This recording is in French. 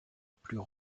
plus